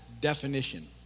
definition